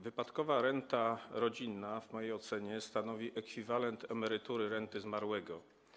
Wypadkowa renta rodzinna w mojej ocenie stanowi ekwiwalent emerytury, renty zmarłego.